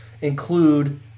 include